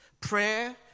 Prayer